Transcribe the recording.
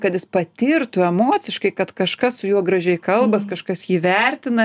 kad jis patirtų emociškai kad kažkas su juo gražiai kalbas kažkas jį vertina